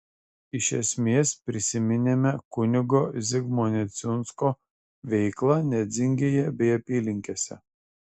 iš esmės prisiminėme kunigo zigmo neciunsko veiklą nedzingėje bei apylinkėse